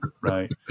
right